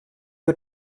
mit